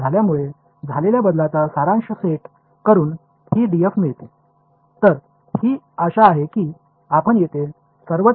எனவே இந்த df என்பது x இன் மாற்றம்y இன் மாற்றம் மற்றும் z இன் மாற்றங்களின் கூட்டுத் தொகையின் தொகுப்பு ஆகும்